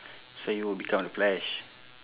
so you will become the flash